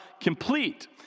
complete